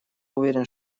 уверен